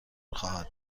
خواهد